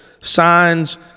Signs